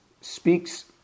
speaks